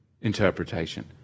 interpretation